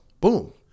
boom